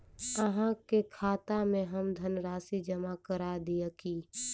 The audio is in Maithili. अहाँ के खाता में हम धनराशि जमा करा दिअ की?